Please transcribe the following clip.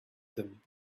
them